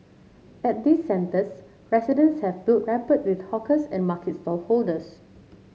at these centres residents have built rapport with hawkers and market stallholders